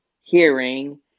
hearing